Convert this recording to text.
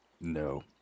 No